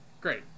great